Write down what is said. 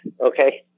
Okay